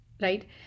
right